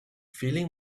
feeling